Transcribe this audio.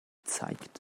zeigt